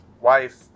wife